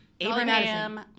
Abraham